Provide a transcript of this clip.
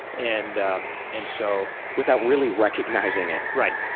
and um and so. without really recognising it! right,